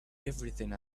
everything